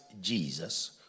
Jesus